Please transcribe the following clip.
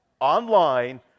online